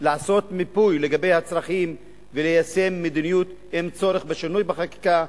לעשות מיפוי של הצרכים וליישם מדיניות עם צורך בשינוי בחקיקה,